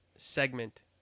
segment